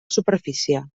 superfície